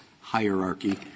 hierarchy